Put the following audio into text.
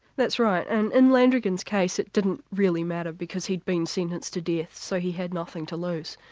that's right. and in landrigan's case it didn't really matter because he'd been sentenced to death, so he had nothing to lose.